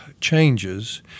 changes